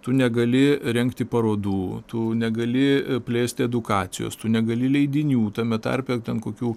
tu negali rengti parodų tu negali plėsti edukacijos tu negali leidinių tame tarpe ten kokių